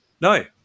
no